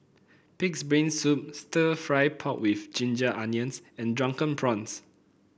pig's brain soup stir fry pork with Ginger Onions and Drunken Prawns